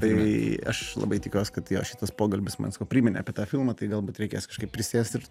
tai aš labai tikiuos kad jo šitas pokalbis mes priminė apie tą filmą tai galbūt reikės kažkaip prisėst ir